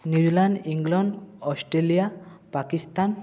New Zealand England Australia Pakistan